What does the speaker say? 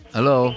Hello